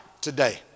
today